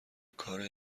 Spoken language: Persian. کار